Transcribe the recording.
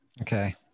Okay